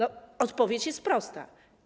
Odpowiedź jest prosta.